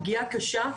פגיעה קשה.